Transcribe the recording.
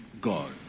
God